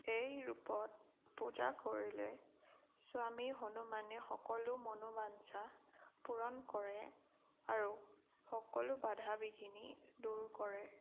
এই ৰূপত পূজা কৰিলে স্বামী হনুমানে সকলো মনোবাঞ্ছা পূৰণ কৰে আৰু সকলো বাধা বিঘিনি দূৰ কৰে